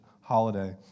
holiday